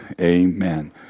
Amen